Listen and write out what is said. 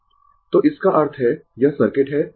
Refer Slide Time 0521 तो इसका अर्थ है यह सर्किट है